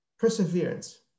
Perseverance